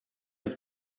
have